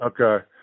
Okay